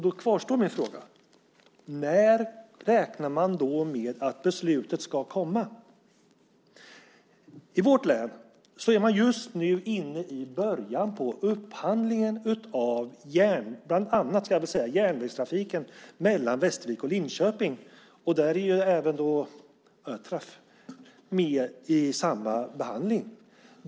Då kvarstår min fråga: När räknar man med att beslutet ska komma? I mitt hemlän är man just nu i början på upphandlingen av bland annat järnvägstrafiken mellan Västervik och Linköping. Även Ötraf är med i samma behandling.